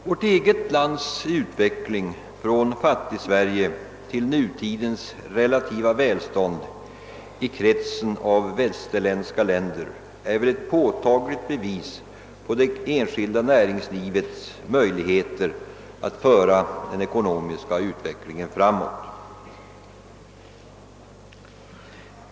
Vårt eget lands utveckling från fattig Sverige till nutidens relativa välstånd i kretsen av västerländska länder är ett påtagligt bevis för det enskilda näringslivets möjligheter att föra den ekonomiska utvecklingen framåt.